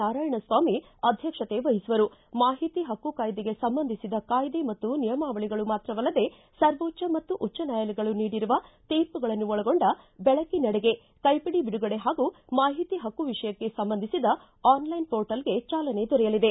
ನಾರಾಯಣಸ್ವಾಮಿ ಅಧಕ್ಷತೆ ವಹಿಸುವರು ಮಾಹಿತಿ ಹಕ್ಕು ಕಾಯಿದೆಗೆ ಸಂಬಂಧಿಸಿದ ಕಾಯಿದೆ ಮತ್ತು ನಿಯಮಾವಳಗಳು ಮಾತ್ರವಲ್ಲದೆ ಸರ್ವೋಚ್ಚ ಮತ್ತು ಉಚ್ಚ ನಾಯಾಲಯಗಳು ನೀಡಿರುವ ತೀರ್ಪುಗಳನ್ನು ಒಳಗೊಂಡ ಬೆಳಕಿನೆಡೆಗೆ ಕೈಪಿಡಿ ಬಿಡುಗಡೆ ಹಾಗೂ ಮಾಹಿತಿ ಹಕ್ಕು ವಿಷಯಕ್ಕೆ ಸಂಬಂಧಿಸಿದ ಆನ್ಲೈನ್ ಪೋರ್ಟಲ್ಗೆ ಚಾಲನೆ ದೊರೆಯಲಿದೆ